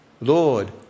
Lord